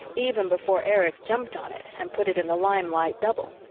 even before erich jumped on it and put it in the limelight double.